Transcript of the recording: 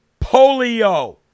polio